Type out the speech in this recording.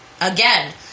again